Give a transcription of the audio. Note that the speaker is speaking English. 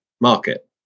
market